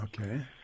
Okay